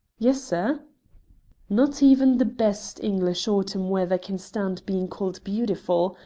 yessir. not even the best english autumn weather can stand being called bee-utiful.